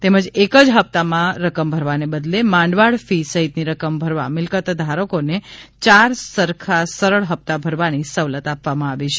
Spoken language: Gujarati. તેમજ એક જ હપ્તામાં રકમ ભરવાને બદલે માંડવાળ ફી સહિતની રકમ ભરવા મિલ્કતધારકોને ચાર સરખા સરળ ફપ્તા ભરવાની સવલત આપવામાં આવી છે